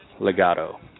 Legato